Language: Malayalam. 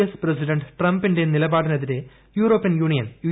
എസ് പ്രസിഡന്റ് ട്രംപിന്റെ നിലപാടിനെതിരെ യൂറോപ്യൻ യൂണിയൻ യു